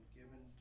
given